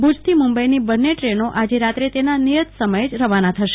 ભુજ થી મુંબઈની બંન્ને ટ્રેનો આજે રાત્રે તેના નિયત સમયેજ રવાના થશે